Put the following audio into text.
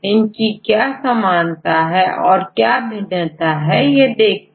इनकी समानता और भिन्नता के बारे में देखते हैं